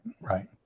right